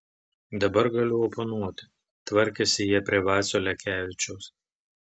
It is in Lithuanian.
dabar galiu oponuoti tvarkėsi jie prie vacio lekevičiaus